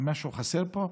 משהו חסר פה?